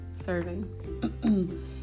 serving